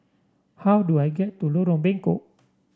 how do I get to Lorong Bengkok